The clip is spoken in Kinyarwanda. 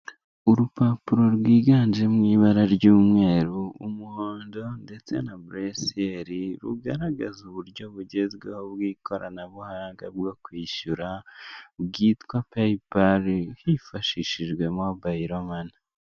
Urupapuro rwiganjemo ibara ry'umweru, umuhondo ndetse na buresiyeri, rugaragaza uburyo bugezweho bw'ikoranabuhanga, bwo kwishyura bwitwa PayPal hifashishijwe Mobile Money.